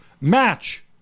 Match